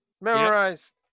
Memorized